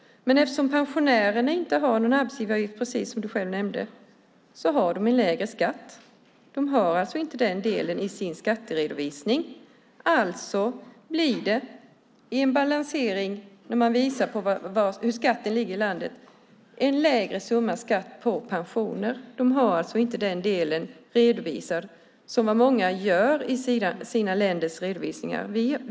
Eftersom pensionärerna inte har någon arbetsgivaravgift, som du själv nämnde, har de lägre skatt. De har alltså inte den delen i sin skatteredovisning. När man visar hur skatterna ligger i landet blir det därför en lägre summa skatt på pensioner. Den delen redovisas inte på samma sätt som många andra länder gör.